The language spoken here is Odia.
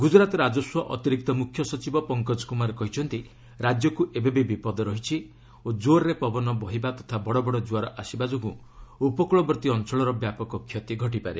ଗୁଜରାତ ରାଜସ୍ୱ ଅତିରିକ୍ତ ମୁଖ୍ୟ ସଚିବ ପଙ୍କଜ କୁମାର କହିଛନ୍ତି ରାଜ୍ୟକୁ ଏବେବି ବିପଦ ରହିଛି ଓ ଜୋରରେ ପବନ ବହିବା ତଥା ବଡ଼ବଡ଼ ଜୁଆର ଆସିବା ଯୋଗୁଁ ଉପକୂଳବର୍ତ୍ତୀ ଅଞ୍ଚଳର ବ୍ୟାପକ କ୍ଷତି ଘଟିପାରେ